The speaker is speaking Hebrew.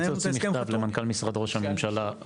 אני רוצה להוציא מכתב למנכ"ל משרד ראש הממשלה,